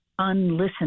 unlistened